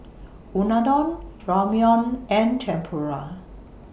Unadon Ramyeon and Tempura